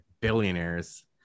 billionaires